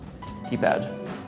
Keypad